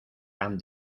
han